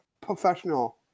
professional